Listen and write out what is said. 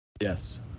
Yes